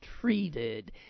treated